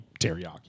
teriyaki